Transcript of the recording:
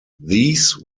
these